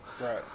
Right